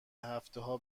هفتهها